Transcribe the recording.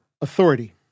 authority